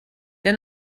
der